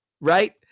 right